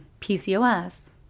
PCOS